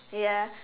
ya